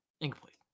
Incomplete